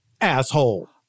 asshole